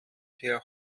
per